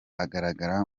agaragara